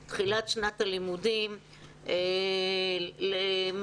על תחילת שנת הלימודים וכמה גמישות תהיה